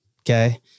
Okay